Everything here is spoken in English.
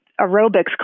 aerobics